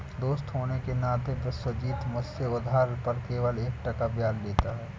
दोस्त होने के नाते विश्वजीत मुझसे उधार पर केवल एक टका ब्याज लेता है